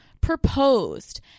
proposed